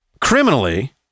criminally